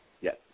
Yes